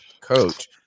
coach